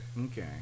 Okay